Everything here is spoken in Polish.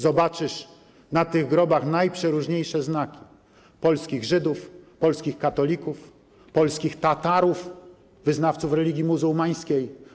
Zobaczysz na tych grobach najprzeróżniejsze znaki: polskich żydów, polskich katolików, polskich Tatarów, wyznawców religii muzułmańskich.